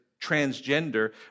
transgender